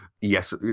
yes